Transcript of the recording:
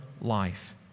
life